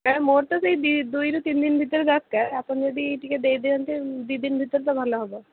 କାରଣ ମୋର ତ ସେହି ଦୁଇରୁ ତିନିଦିନ ଭିତରେ ଦରକାର ଆପଣ ଯଦି ଟିକେ ଦେଇଦିଅନ୍ତେ ଦୁଇ ଦିନ ଭିତରେ ଟିକେ ଭଲ ହେବ